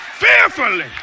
Fearfully